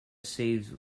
saves